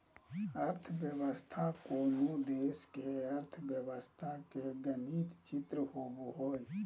अर्थव्यवस्था कोनो देश के अर्थव्यवस्था के गणित चित्र होबो हइ